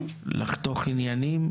לחתוך עניינים,